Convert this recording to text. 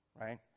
right